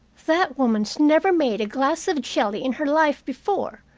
that woman's never made a glass of jelly in her life before.